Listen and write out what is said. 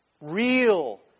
real